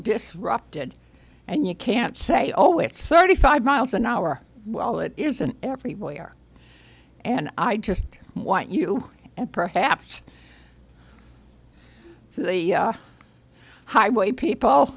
disrupted and you can't say oh it's certified miles an hour well it isn't everywhere and i just want you and perhaps the highway people